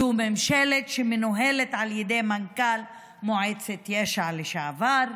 זו ממשלה שמנוהלת על ידי מנכ"ל מועצת יש"ע לשעבר,